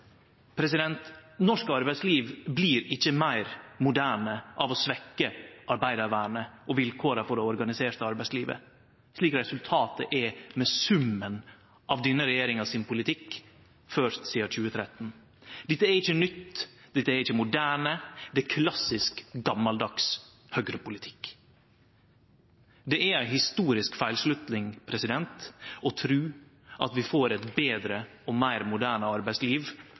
Norsk arbeidsliv blir ikkje meir moderne av å svekkje arbeidarvernet og vilkåra for det organiserte arbeidslivet, slik resultatet er med summen av denne regjeringas politikk, som er ført sidan 2013. Dette er ikkje nytt, dette er ikkje moderne – det er klassisk, gammaldags høgrepolitikk. Det er ei historisk feilslutning å tru at vi får eit betre og meir moderne arbeidsliv